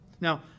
Now